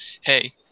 hey